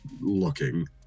looking